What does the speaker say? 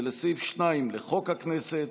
ולסעיף 2 לחוק הכנסת,